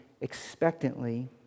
expectantly